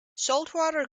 saltwater